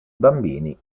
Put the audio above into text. bambini